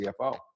CFO